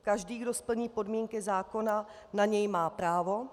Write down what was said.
Každý, kdo splní podmínky zákona, na něj má právo.